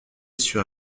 sur